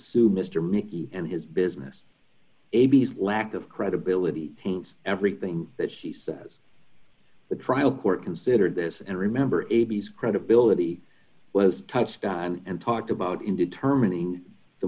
sue mr mickey and his business abs lack of credibility taints everything that she says the trial court considered this and remember ab's credibility was touched on and talked about in determining the